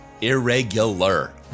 Irregular